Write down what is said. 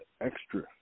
extra